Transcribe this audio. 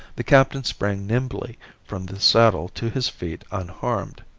the captain sprang nimbly from the saddle to his feet unharmed.